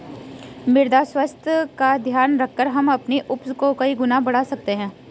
मृदा स्वास्थ्य का ध्यान रखकर हम अपनी उपज को कई गुना बढ़ा सकते हैं